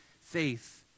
faith